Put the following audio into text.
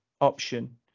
option